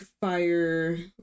fire